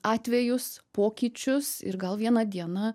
atvejus pokyčius ir gal vieną dieną